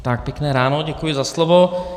Pěkné ráno, děkuji za slovo.